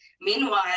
Meanwhile